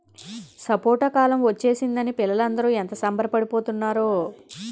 సపోటా కాలం ఒచ్చేసిందని పిల్లలందరూ ఎంత సంబరపడి పోతున్నారో